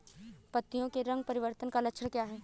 पत्तियों के रंग परिवर्तन का लक्षण क्या है?